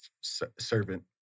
servant